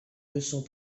leçons